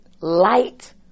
light